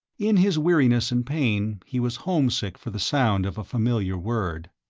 in his weariness and pain he was homesick for the sound of a familiar word.